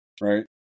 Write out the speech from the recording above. right